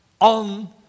on